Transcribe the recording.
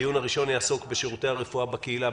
הדיון הראשון יעסוק בשירותי הרפואה בקהילה.